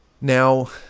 now